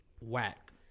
whack